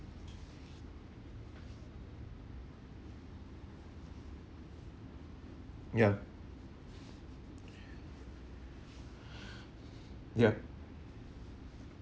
ya yup